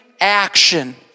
action